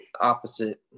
opposite